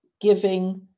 giving